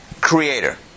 Creator